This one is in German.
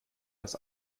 dass